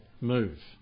move